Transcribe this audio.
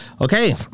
Okay